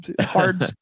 hard